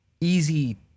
easy